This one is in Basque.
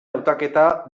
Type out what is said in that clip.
hautaketa